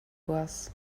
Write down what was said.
was